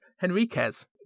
henriquez